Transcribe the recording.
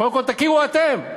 קודם כול תכירו אתם.